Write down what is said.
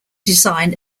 design